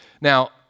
Now